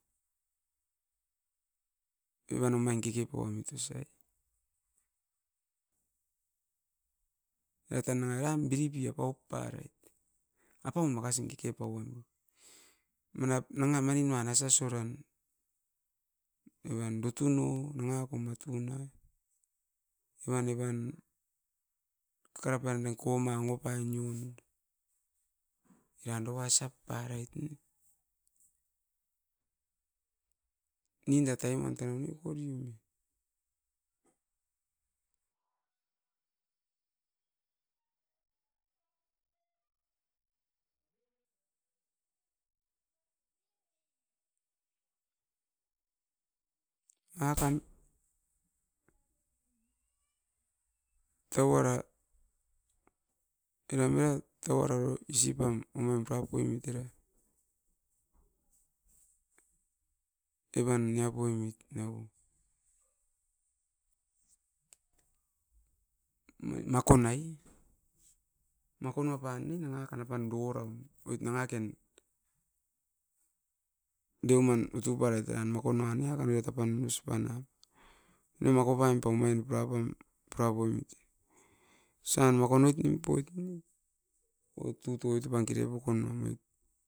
Evan omain keke pauamit osai, era tan nanga ran biri pi apaup parait, apaun makasin keke pau amit. Manap nanga manin uan asa suran evan dutuno nanga koma tuno, evan-evan kakara pan rai koma ongo pai nion no ian douasap parait ne. Ninda taim uan tera miokoriu ne. Akan, tauara eram e tauara isi pam omain pau poimit era, evan nia poimit niako, mai makon ai makon wapan ne nangaken apan douram, oit nangaken deuman utu parait eran makon uan nia kaniot apan mosipa na. Ina makopan poumain purapam, pura poimit e, osan nokonoit nimpoit ne? Oit tutoi toupan kere pukon omait.